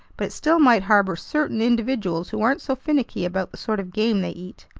but it still might harbor certain individuals who aren't so finicky about the sort of game they eat!